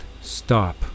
stop